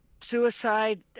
suicide